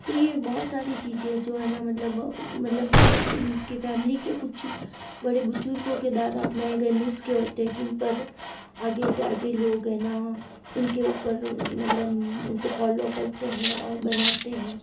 तो यह बहुत सारी चीज़ें जो है ना मतलब उनके फैमिली के कुछ बड़े बुजुर्गों के द्वारा अपने गए नुस्खे होते हैं जिन पर आगे से आगे लोग है ना उनके ऊपर मतलब उनका फॉलो करते हैं और बनाते हैं